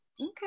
Okay